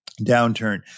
downturn